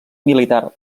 militar